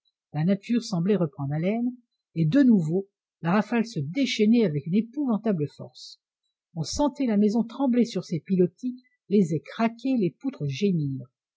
la nature semblait reprendre haleine et de nouveau la rafale se déchaînait avec une épouvantable force on sentait la maison trembler sur ses pilotis les ais craquer les poutres gémir